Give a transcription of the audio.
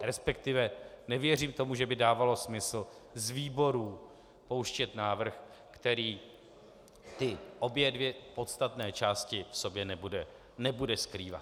Respektive nevěřím tomu, že by dávalo smysl z výborů pouštět návrh, který ty obě podstatné části v sobě nebude skrývat.